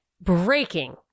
Breaking